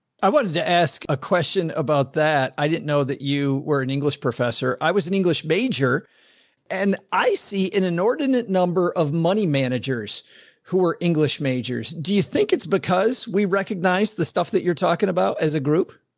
i wanted to ask a question about that. i didn't know that you were an english professor. i was an english major and i see an inordinate number of money managers who were english majors. do you think it's because we recognize the stuff that you're talking about as a group.